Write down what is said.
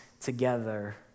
together